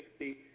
60